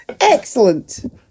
Excellent